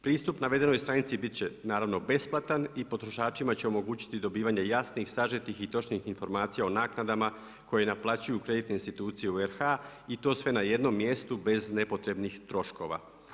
Pristup navedenoj stranici bit će naravno besplatan i potrošačima će omogućiti dobivanje jasnih, sažetih i točnih informacija o naknadama koje naplaćuju kreditne institucije u RH i to sve na jednom mjestu bez nepotrebnih troškova.